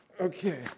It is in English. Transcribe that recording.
Okay